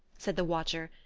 said the watcher,